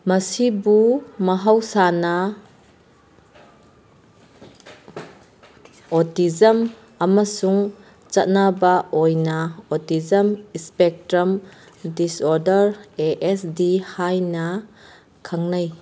ꯃꯁꯤꯕꯨ ꯃꯍꯧꯁꯥꯅ ꯑꯣꯇꯤꯖꯝ ꯑꯃꯁꯨꯡ ꯆꯠꯅꯕ ꯑꯣꯏꯅ autism spectrum disorder A S D ꯍꯥꯏꯅ ꯈꯪꯅꯩ